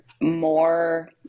more